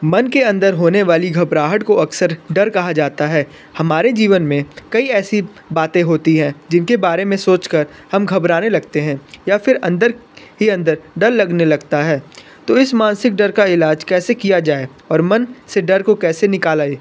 मन के अंदर होने वाली घबराहट को अक्सर डर कहा जाता है हमारे जीवन में कई ऐसी बातें होती है जिनके बारे में सोच कर हम घबराने लगते हैं या फिर अंदर ही अंदर डर लगने लगता है तो इस मानसिक डर का इलाज कैसे किया जाए और मन से डर को कैसे निकाले